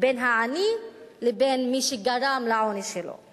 בין העני לבין מי שגרם לעוני שלו.